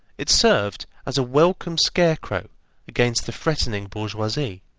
it served as a welcome scarecrow against the threatening bourgeoisie.